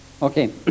Okay